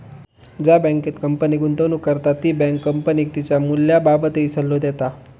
ज्या बँकेत कंपनी गुंतवणूक करता ती बँक कंपनीक तिच्या मूल्याबाबतही सल्लो देता